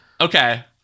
Okay